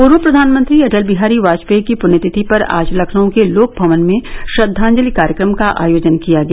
पूर्व प्रधानमंत्री अटल बिहारी वाजपेई की पृण्यतिथि पर आज लखनऊ के लोकभवन में श्रद्वांजलि कार्यक्रम का आयोजन किया गया